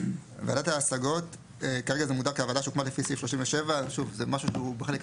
"ועדת ההשגות" - הוועדה שהוקמה לפי סעיף 37;